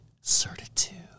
certitude